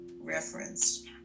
referenced